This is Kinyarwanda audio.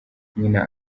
nyina